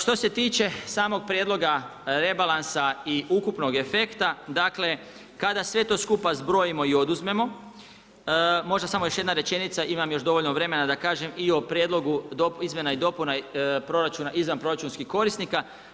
Što se tiče samog prijedlog rebalansa i ukupnog efekta, dakle kada sve to skupa zbrojimo i oduzmemo, možda samo još jedna rečenica, imam još dovoljno vremena da kažem i o Prijedlogu izmjena i dopuna proračuna izvanproračunskih korisnika.